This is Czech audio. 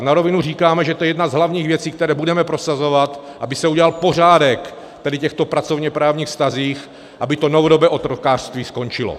Na rovinu říkáme, že to je jedna z hlavních věcí, které budeme prosazovat, aby se udělal pořádek v těchto pracovněprávních vztazích, aby to novodobé otrokářství skončilo.